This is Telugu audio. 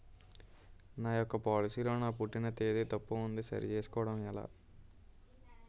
నా యెక్క పోలసీ లో నా పుట్టిన తేదీ తప్పు ఉంది సరి చేసుకోవడం ఎలా?